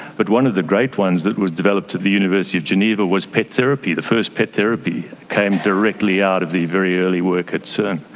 but one of the great ones that was developed at the university of geneva was pet therapy, the first pet therapy came directly out of the very early work at cern.